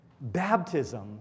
baptism